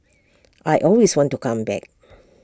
I always want to come back